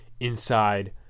inside